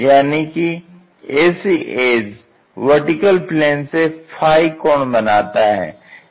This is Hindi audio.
यानी कि ac एज VP से फाई कोण बनाता है